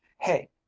Hey